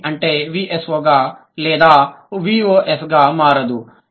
SOV వెంటనే VSO గా లేదా VOS గా మారదు